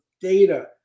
data